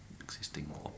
existing